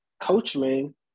Coachman